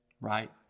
right